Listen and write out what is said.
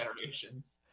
generations